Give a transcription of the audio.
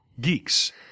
geeks